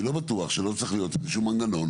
אני לא בטוח שלא צריך להיות איזשהו מנגנון